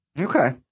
Okay